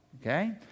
Okay